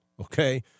Okay